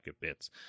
bits